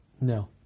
No